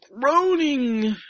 groaning